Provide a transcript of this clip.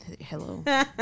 hello